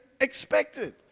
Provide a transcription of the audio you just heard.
expected